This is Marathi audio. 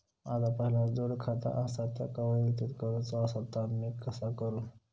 माझा पहिला जोडखाता आसा त्याका वैयक्तिक करूचा असा ता मी कसा करू?